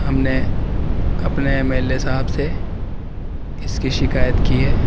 ہم نے اپنے ایم ایل اے صاحب سے اس کی شکایت کی ہے